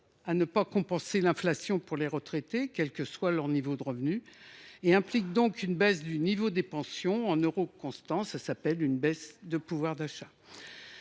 à ne pas compenser l’inflation pour les retraités, quel que soit leur niveau de revenus, et implique donc une baisse du niveau des pensions en euros constants. Cela s’appelle une baisse du pouvoir d’achat